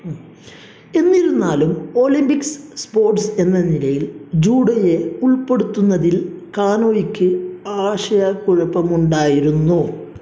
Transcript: എന്നിരുന്നാലും Olympics sports എന്ന നിലയിൽ ജൂഡോയെ ഉൾപ്പെടുത്തുന്നതിൽ കാനോയ്ക്ക് ആശയക്കുഴപ്പമുണ്ടായിരുന്നു